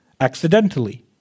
accidentally